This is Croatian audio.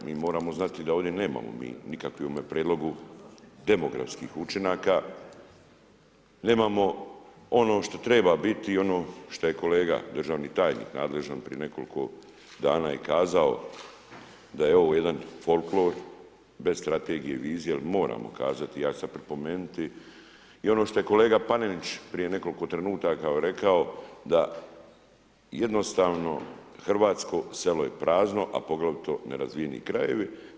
Mi moramo znati da ovdje nemamo mi u nikakvome prijedlogu demografskih učinaka, nemamo ono što treba biti i ono što je kolega državni tajnik nadležan prije nekoliko dana i kazao da je ovo jedan folklor bez strategije i vizije jer moramo kazati, ja ću pripomenuti i ono što je kolega Panenić prije nekoliko trenutaka rekao da jednostavno hrvatsko selo je prazno a poglavito nerazvijeni krajevi.